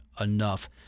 enough